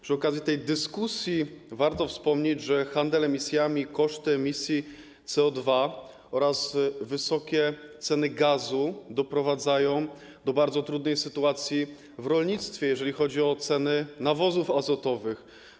Przy okazji tej dyskusji warto wspomnieć, że handel emisjami i koszt emisji CO2 oraz wysokie ceny gazu doprowadzają do bardzo trudnej sytuacji w rolnictwie, jeżeli chodzi o ceny nawozów azotowych.